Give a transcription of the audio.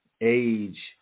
age